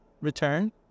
return